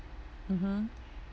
mmhmm